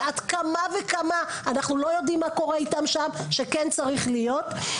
שעד כמה וכמה אנחנו לא יודעים מה קורה איתם שם שכן צריך להיות.